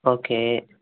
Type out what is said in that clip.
okay